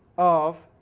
of